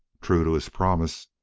true to his promise,